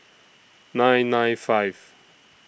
nine nine five